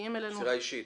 מסירה אישית.